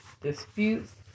disputes